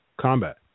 combat